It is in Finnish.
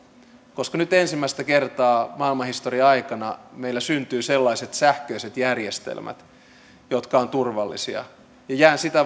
koska nyt ensimmäistä kertaa maailmanhistorian aikana meillä syntyy sellaiset sähköiset järjestelmät jotka ovat turvallisia jään sitä